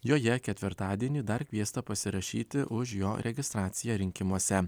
joje ketvirtadienį dar kviesta pasirašyti už jo registraciją rinkimuose